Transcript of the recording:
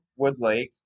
Woodlake